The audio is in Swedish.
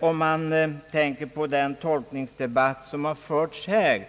Med tanke på den tolkningsdebatt som har förts här